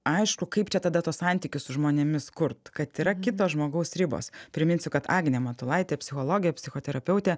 aišku kaip čia tada tuos santykius su žmonėmis kurt kad yra kito žmogaus ribos priminsiu kad agnė matulaitė psichologė psichoterapeutė